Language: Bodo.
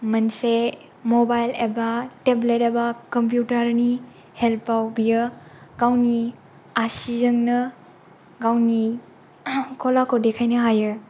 मोनसे मबाइल एबा टेब्लेट एबा कम्पिउटार नि हेल्प आव बियो गावनि आसिजोंनो गावनि कलाखौ दिन्थिनो हायो